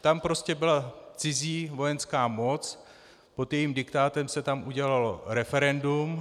Tam prostě byla cizí vojenská moc, pod jejím diktátem se tam udělalo referendum.